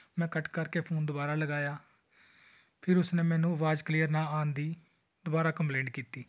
ਮੈਂ ਕੱਟ ਕਰਕੇ ਫੋਨ ਦੁਬਾਰਾ ਲਗਾਇਆ ਫਿਰ ਉਸਨੇ ਮੈਨੂੰ ਅਵਾਜ਼ ਕਲੀਅਰ ਨਾ ਆਉਣ ਦੀ ਦੁਬਾਰਾ ਕੰਪਲੇਂਟ ਕੀਤੀ